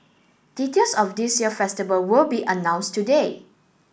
details of this year festival will be announced today